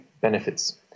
benefits